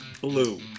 blue